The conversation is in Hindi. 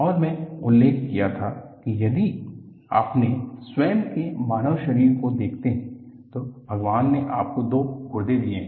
और मैं उल्लेख किया था कि यदि आप अपने स्वयं के मानव शरीर को देखते हैं तो भगवान ने आपको दो गुर्दे दिए हैं